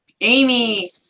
Amy